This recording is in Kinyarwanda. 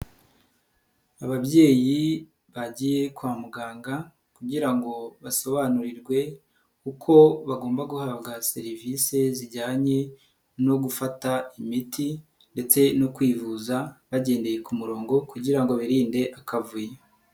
Ababyeyi bagiye kwa muganga kugira ngo basobanurirwe uko bagomba guhabwa serivisi zijyanye no gufata imiti, ndetse no kwivuza bagendeye ku murongo kugira ngo birinde akavuyo.